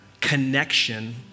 connection